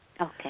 Okay